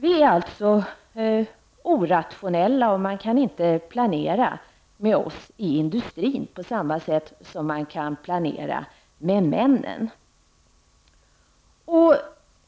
Vi är alltså orationella, och man kan inte planera med oss inom industrin på samma sätt som man kan planera med männen.